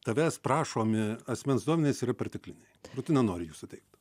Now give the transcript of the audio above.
tavęs prašomi asmens duomenys yra pertekliniai ir tu nenori jų suteikt